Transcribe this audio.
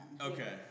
Okay